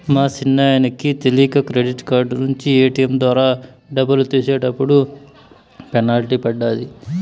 మా సిన్నాయనకి తెలీక క్రెడిట్ కార్డు నించి ఏటియం ద్వారా డబ్బులు తీసేటప్పటికి పెనల్టీ పడ్డాది